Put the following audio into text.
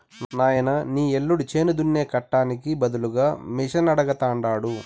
నాయనా నీ యల్లుడు చేను దున్నే కట్టానికి బదులుగా మిషనడగతండాడు